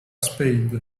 spade